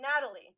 Natalie